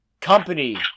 company